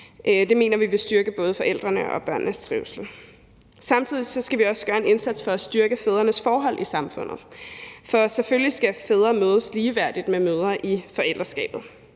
Det mener vi vil styrke både forældrenes og børnenes trivsel. Samtidig skal vi også gøre en indsats for at styrke fædrenes forhold i samfundet. For selvfølgelig skal fædre mødes ligeværdigt med mødre i forældreskabet.